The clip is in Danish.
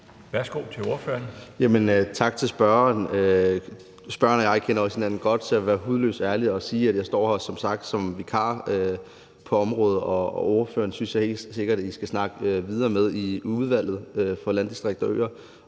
Villa Fonseca (M): Tak til spørgeren. Spørgeren og jeg kender også hinanden godt, så jeg vil være hudløst ærlig og sige, at jeg som sagt står her som vikar på området, og ordføreren synes jeg helt sikkert I skal snakke videre med og drøfte det her med i Udvalget for Landdistrikter og Øer.